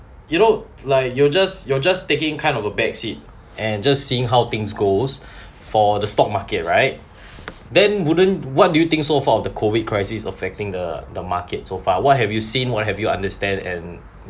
you know like you're just you're just taking kind of a back seat and just seeing how things goes for the stock market right then wouldn't what do you think so far of the COVID crisis affecting the the market so far what have you seen what have you understand and